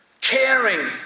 caring